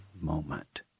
moment